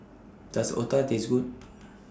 Does Otah Taste Good